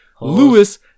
Lewis